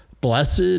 Blessed